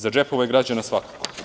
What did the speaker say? Za džepove građana svakako.